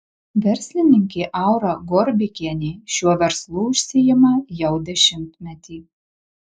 verslininkė aura gorbikienė šiuo verslu užsiima jau dešimtmetį